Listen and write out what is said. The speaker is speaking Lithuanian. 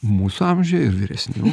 mūsų amžiuje ir vyresnių